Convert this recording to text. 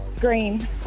Green